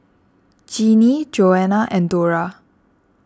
Jeanie Joanna and Dora